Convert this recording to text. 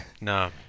no